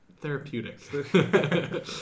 therapeutic